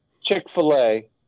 chick-fil-a